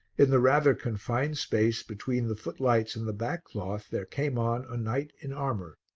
in the rather confined space between the footlights and the back cloth there came on a knight in armour.